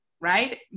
right